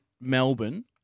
Melbourne